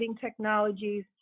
technologies